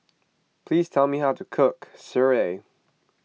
please tell me how to cook Sireh